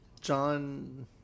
John